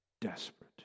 desperate